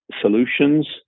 solutions